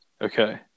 Okay